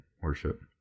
worship